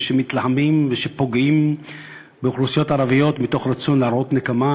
שמתלהמים ופוגעים באוכלוסיות ערביות מתוך רצון להראות נקמה,